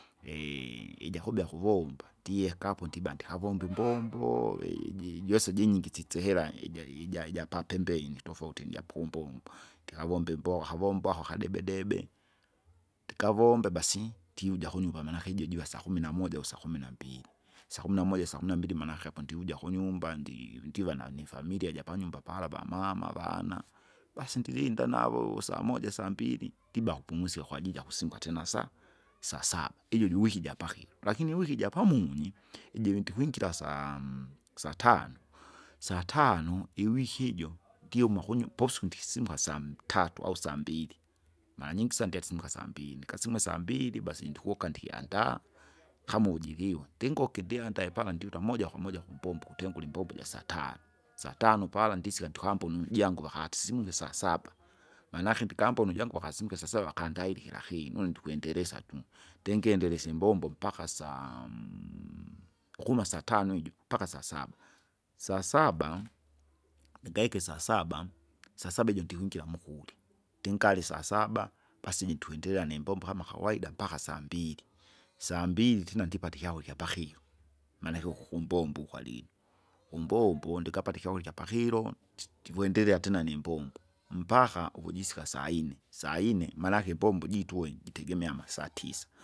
ija kubya kuvomba ndiyeka apo ndiba ndikavombe imbombo jiji juwesa jinyingisisye hera iji- ija- ijapapembeni tofauti nijapumbombo, ndikavombe imbo havombo ako kadebe debe, ndikavombe basi ndivuja kunyumba manake ijo jiva sakumi na moja au sakumi nambili sakumi namoja sakumi nambili manake apo ndivuja kunyumba ndi- ndiva nane nifamilia japanyumba pala bamama avana, basi ndilinda navo samoja sambili ndiba kupumzika kwajili jakusimuka tena sa- sasaba, ijo juuwiki japakilo. Lakini iwiki japamunyi ijive ntikwingira saamu satano, satano iwiki ijo ngiuma kunyu pousuku ndikisimuka samtatu au sambili. Maranyingi sana ndyasimuka sambili, nikasime sambaili basi ndikuwuka ndikyandaa kama uvijigiwe, ndinguke ndyandae pa ndiuta moja kwa moja kumbombo ukutengura imbombo jasatan, satano pala ndisika ndukakumbona ujangua vakatsimuke sasaba manake ndikambona ujangu vakasimuke sasaba vakandaili kila kinu unde ndikwendelesa tu. Ndingenderese imbombo mpaka saamu ukunwa satano ijo mpaka sasaba. Sasaba nindaike sasaba, sasaba ijo ndikwingira mukuli, ndingarya isasaba, basi jintwenderea nimbombo kama kawaida mpaka sambili, sambailia tena ndipata ikyakurya ikyapakilo. Maanake uku kumbombo ukwali, kumbombo ndikapata ikyakurya ikyapakilo ndikwendelea tena nimbombo mpaka ukujisika sainne, sainne maanake imbombo jitue, itegemea amasaa tisa.